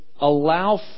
allow